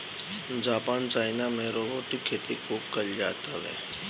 Japan China में robotic खेती खूब कईल जात हवे